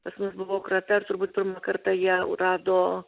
pas mus buvo krata ir turbūt pirmą kartą jie jau rado